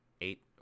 eight